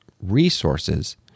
resources